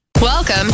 Welcome